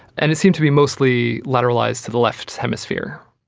and it seemed to be mostly lateralised to the left hemisphere.